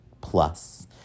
plus